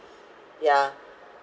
yeah